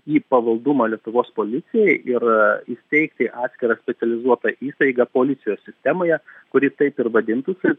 į pavaldumą lietuvos policijai ir įsteigti atskirą specializuotą įstaigą policijos sistemoje kuri taip ir vadintųsi